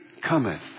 Cometh